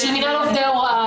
של --- עובדי ההוראה,